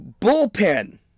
Bullpen